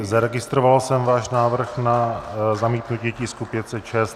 Zaregistroval jsem váš návrh na zamítnutí tisku 506.